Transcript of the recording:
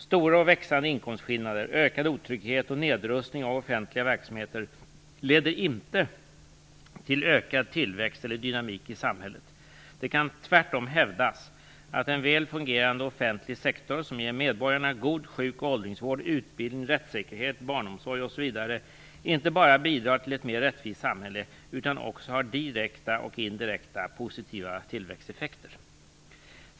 Stora och växande inkomstskillnader, ökad otrygghet och nedrustning av offentliga verksamheter leder inte till ökad tillväxt eller dynamik i samhället. Det kan tvärtom hävdas att en väl fungerande offentlig sektor som ger medborgarna god sjuk och åldringsvård, utbildning, rättssäkerhet, barnomsorg osv. inte bara bidrar till ett mer rättvist samhälle utan också har direkta och indirekta positiva tillväxteffekter.